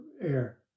air